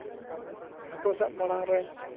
ᱦᱟᱹᱠᱩ ᱥᱟᱵ ᱢᱟᱲᱟᱝ ᱨᱮ